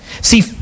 See